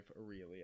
Aurelia